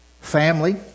family